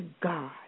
God